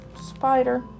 spider